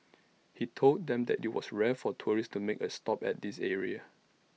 he told them that IT was rare for tourists to make A stop at this area